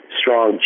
strong